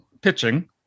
pitching